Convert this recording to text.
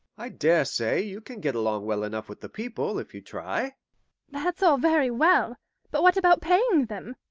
i dare say you can get along well enough with the people, if you try that's all very well but what about paying them?